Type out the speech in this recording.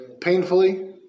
Painfully